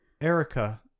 Erica